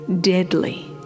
deadly